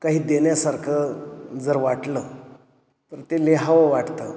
काही देण्यासारखं जर वाटलं तर ते लिहावं वाटतं